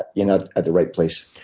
you know at the right place.